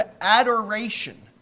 adoration